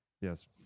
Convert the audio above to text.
yes